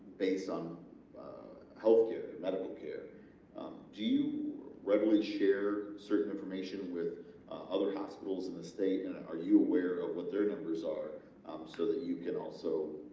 based on health care medical care do you readily share certain information with other hospitals in the state and are you aware of what their numbers are so that you can also